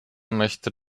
möchte